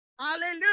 Hallelujah